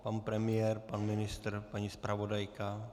Pan premiér, pan ministr, paní zpravodajka?